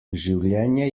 življenje